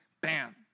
Bam